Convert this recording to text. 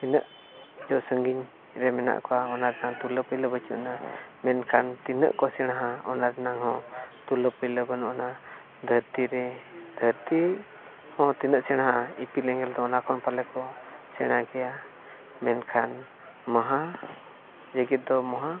ᱛᱤᱱᱟᱹᱜ ᱪᱚ ᱥᱟᱺᱜᱤᱧ ᱨᱮ ᱢᱮᱱᱟᱜ ᱠᱚᱣᱟ ᱚᱱᱟ ᱨᱮᱱᱟᱜ ᱛᱩᱭᱞᱟᱹ ᱯᱟᱹᱭᱞᱟᱹ ᱵᱟᱹᱱᱩᱜ ᱟᱱᱟ ᱢᱮᱱᱠᱷᱟᱱ ᱛᱤᱱᱟᱹᱜ ᱠᱚ ᱥᱮᱬᱟᱣᱟ ᱚᱱᱟ ᱨᱮᱱᱟᱜ ᱦᱚᱸ ᱛᱩᱩᱭᱞᱟᱹ ᱯᱟᱹᱭᱞᱟᱹ ᱵᱟᱹᱱᱩᱜᱼᱟ ᱫᱷᱟᱹᱨᱛᱤ ᱨᱮ ᱫᱷᱟᱹᱨᱛᱤ ᱦᱚᱸ ᱛᱤᱱᱟᱹᱜ ᱥᱮᱬᱟᱣᱟᱭ ᱤᱯᱤᱞ ᱮᱸᱜᱮᱞ ᱚᱱᱟ ᱠᱷᱚᱱ ᱯᱟᱞᱮᱱ ᱠᱚ ᱥᱮᱬᱟ ᱜᱮᱭᱟ ᱢᱮᱱᱠᱷᱟᱱ ᱢᱚᱦᱟ ᱡᱮᱜᱮᱫ ᱫᱚ ᱢᱚᱦᱟ